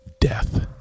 death